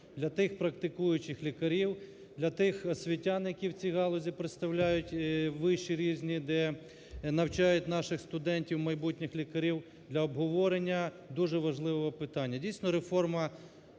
для тих практикуючих лікарів, для тих освітян, які в цій галузі представляють виші різні, де навчають наших студентів, майбутніх лікарів, для обговорення дуже важливого питання. Дійсно, реформа